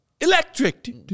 Electric